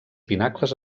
pinacles